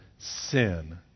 Sin